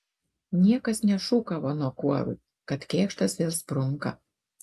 niekas nešūkavo nuo kuorų kad kėkštas vėl sprunka